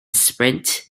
sprint